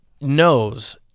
knows